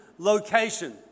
location